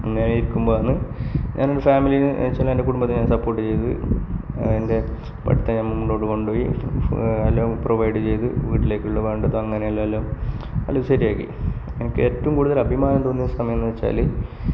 അങ്ങനെ നിൽക്കുമ്പം ആണ് നമ്മളുടെ ഫാമിലിയിൽ നിന്ന് ചില കുടുംബത്തിൽ നിന്ന് സപ്പോർട്ട് ചെയ്ത് എൻറെ പഠിത്തം ഞാൻ മുന്നോട്ടുകൊണ്ട്പോയി എല്ലാം പ്രൊവൈഡ് ചെയ്ത് വീട്ടിലേക്കുള്ള വേണ്ടത് അങ്ങനെ എല്ലാം സെറ്റാക്കി എനിക്ക് ഏറ്റവും കൂടുതൽ അഭിമാനം തോന്നിയ സമയം എന്നു വച്ചാല്